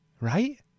right